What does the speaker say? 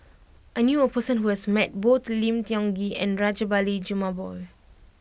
I knew a person who has met both Lim Tiong Ghee and Rajabali Jumabhoy